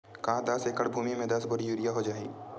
का दस एकड़ भुमि में दस बोरी यूरिया हो जाही?